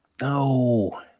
No